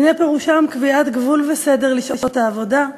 הנה פירושם קביעת גבול וסדר לשעות העבודה,